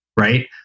right